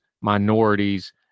minorities